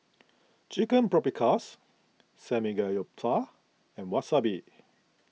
Chicken Paprikas Samgeyopsal and Wasabi